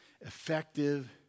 effective